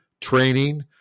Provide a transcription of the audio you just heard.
training